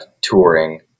Touring